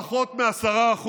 פחות מ-10%.